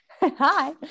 hi